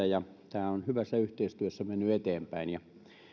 ja tämä on hyvässä yhteistyössä mennyt eteenpäin ja